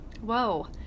whoa